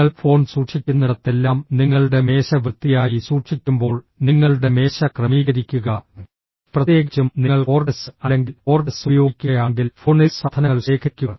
നിങ്ങൾ ഫോൺ സൂക്ഷിക്കുന്നിടത്തെല്ലാം നിങ്ങളുടെ മേശ വൃത്തിയായി സൂക്ഷിക്കുമ്പോൾ നിങ്ങളുടെ മേശ ക്രമീകരിക്കുക പ്രത്യേകിച്ചും നിങ്ങൾ കോർഡ്ലെസ്സ് അല്ലെങ്കിൽ കോർഡ്ലെസ്സ് ഉപയോഗിക്കുകയാണെങ്കിൽ ഫോണിൽ സാധനങ്ങൾ ശേഖരിക്കുക